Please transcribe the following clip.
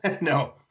No